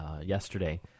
yesterday